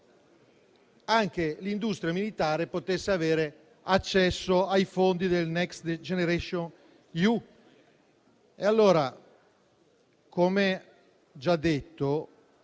anche l'industria militare potesse avere accesso ai fondi del Next generation EU. Allora - come già detto